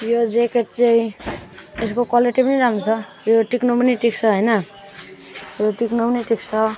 यो ज्याकेट चाहिँ यसको क्वालिटी पनि राम्रो छ यो टिक्नु पनि टिक्छ होइन र टिक्नु पनि टिक्छ